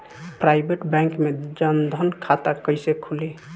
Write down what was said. Private bank मे जन धन खाता कैसे खुली?